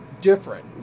different